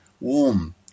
Warm